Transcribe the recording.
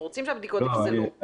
אנחנו רוצים שהבדיקות יפסלו.